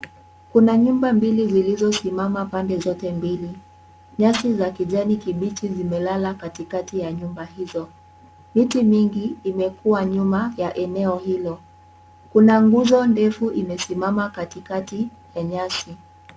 Kuna nyumba mbili zilizosimama pande zote mbili. Nyasi za kijani kibichi zimelala katikati ya nyumba hizo. Miti mingi imekuwa nyuma ya eneo hilo. Kuna nguzo ndefu imesimama katikati ya nyasi.